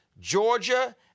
Georgia